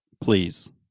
please